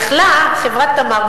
יכלה חברת "תמר",